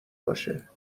باشه